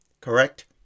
correct